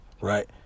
Right